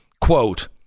quote